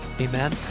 Amen